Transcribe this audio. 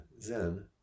Zen